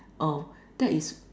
oh that is